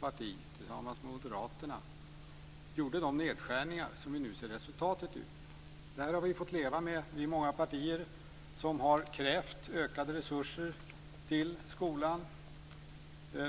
parti tillsammans med moderaterna gjorde de nedskärningar som vi nu ser resultatet av. Det har vi fått leva med. Det är många partier som har krävt ökade resurser till skolan.